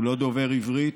הוא לא דובר עברית,